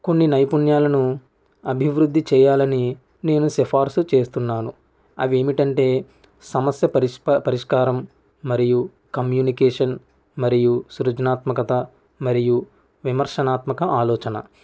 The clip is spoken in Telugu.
కొన్ని నైపుణ్యాలను అభివృద్ధి చేయాలని నేను సిఫార్సు చేస్తున్నాను అవేమిటంటే సమస్య పరిస్ప పరిష్కారం మరియు కమ్యూనికేషన్ మరియు సృజనాత్మకత మరియు విమర్శనాత్మక ఆలోచన